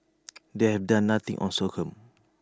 they've done nothing on sorghum